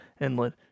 inlet